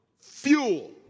Fuel